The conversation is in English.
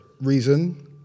reason